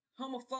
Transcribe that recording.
homophobic